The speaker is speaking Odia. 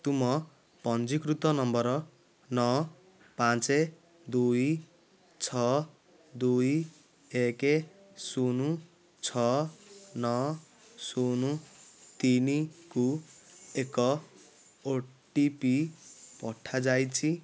ତୁମ ପଞ୍ଜୀକୃତ ନମ୍ବର ନଅ ପାଞ୍ଚ ଦୁଇ ଛଅ ଦୁଇ ଏକ ଶୂନ ଛଅ ନଅ ଶୂନ ତିନିକୁ ଏକ ଓ ଟି ପି ପଠାଯାଇଛି